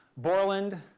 borland